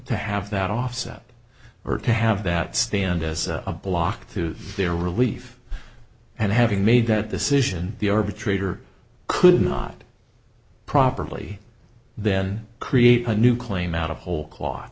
to have that offset or to have that stand as a block to their relief and having made that decision the arbitrator could not properly then create a new claim out of whole clot